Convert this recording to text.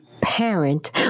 parent